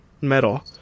metal